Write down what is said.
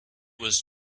was